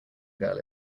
girl